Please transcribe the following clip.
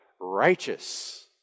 righteous